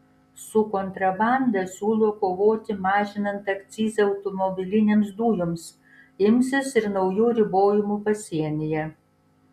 su kontrabanda siūlo kovoti mažinant akcizą automobilinėms dujoms imsis ir naujų ribojimų pasienyje